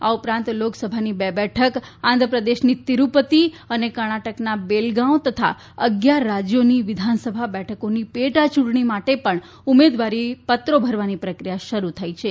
આ ઉપરાંત લોકસભાની બે બેઠક આંધ્રપ્રદેશની તિરૂપતિ અને કર્ણાટકના બેલગામ તથા અગિયાર રાજ્યોની વિધાનસભા બેઠકોની પેટા ચૂંટણી માટે પણ ઉમેદવારીપત્રો ભરવાની પ્રક્રિયા શરૂ કરવામાં આવી છે